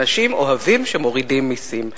אנשים אוהבים שמורידים מסים.